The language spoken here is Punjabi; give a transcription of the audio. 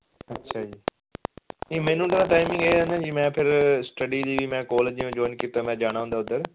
ਅੱਛਾ ਜੀ ਨੀ ਮੈਨੂੰ ਤਾਂ ਟਾਈਮਿੰਗ ਏਹ ਮੈਂ ਫਿਰ ਸਟਡੀ ਦੀ ਵੀ ਮੈਂ ਕਾਲਜ ਜਿਵੇਂ ਜੁਆਇੰਨ ਕੀਤਾ ਮੈਂ ਜਾਣਾ ਹੁੰਦਾ